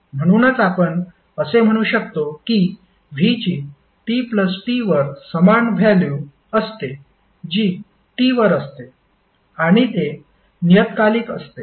म्हणूनच आपण असे म्हणू शकतो की v ची tT वर समान व्हॅल्यु असते जी t वर असते आणि ते नियतकालिक असते